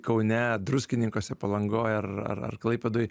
kaune druskininkuose palangoj ar klaipėdoj